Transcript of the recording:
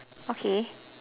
okay